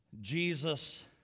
Jesus